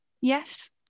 Yes